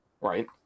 right